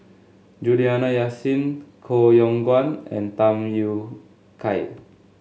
Juliana Yasin Koh Yong Guan and Tham Yui Kai